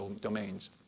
domains